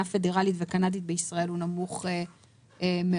פדראלית וקנדית בישראל הוא נמוך מאוד,